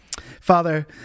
Father